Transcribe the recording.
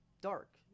dark